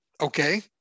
okay